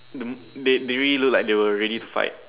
they they really look like they were ready to fight